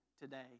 today